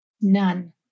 None